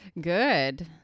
Good